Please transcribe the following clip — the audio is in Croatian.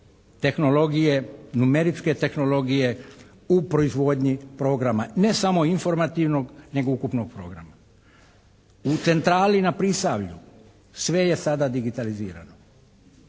tehnologije, numeričke tehnologije u proizvodnji programa, ne samo informativnog nego ukupnog programa. U centrali na Prisavlju sve je sada digitalizirano,